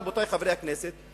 רבותי חברי הכנסת,